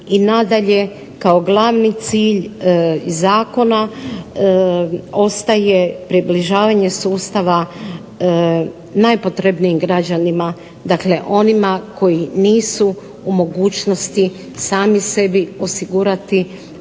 i nadalje kao glavni cilj zakona ostaje približavanje sustava najpotrebnijim građanima, dakle onima koji nisu u mogućnosti sami sebi osigurati adekvatnu